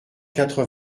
quatre